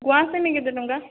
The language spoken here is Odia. ଗୁଆଁସେମି କେତେ ଟଙ୍କା